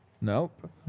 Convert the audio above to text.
Nope